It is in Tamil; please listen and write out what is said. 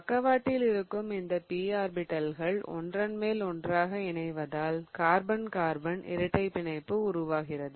பக்கவாட்டில் இருக்கும் இந்த p ஆர்பிடல்கள் ஒன்றன் மேல் ஒன்றாக இணைவதால் கார்பன் கார்பன் இரட்டைப் பிணைப்பு உருவாகிறது